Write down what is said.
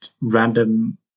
random